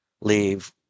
leave